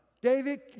David